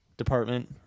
Department